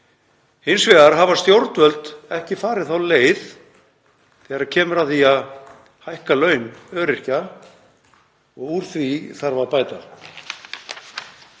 Hins vegar hafa stjórnvöld ekki farið þá leið þegar kemur að því að hækka laun öryrkja og úr því þarf að bæta.